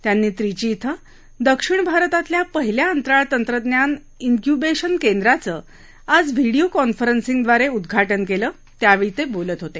त्यांनी त्रिची क्वें दक्षिण भारतातल्या पहिल्या अंतराळ तंत्रज्ञान स्क्युबेशन केंद्राचं आज व्हिडीओ कॉन्फरन्सिंगद्वारे उद्घाटन केलं त्यावेळी ते बोलत होते